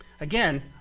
again